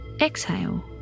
Exhale